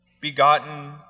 begotten